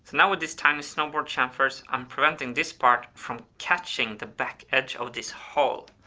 now with this tiny snowboard chamfers i'm preventing this part from catching the back edge of this hole.